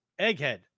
Egghead